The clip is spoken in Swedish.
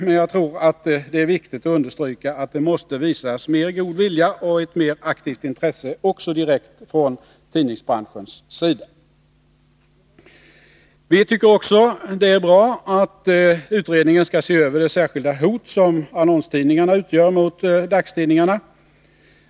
Men det är viktigt att understryka att det måste visas mer god vilja och ett mera aktivt intresse också direkt från tidningsföretagens sida. Vi tycker det är bra att utredningen skall se över det särskilda hot som annonstidningarna utgör mot dagstidningarna.